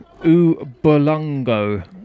Ubulongo